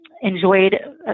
enjoyed